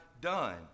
done